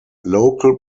local